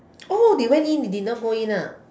oh they went in you did not go in ah